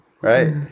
right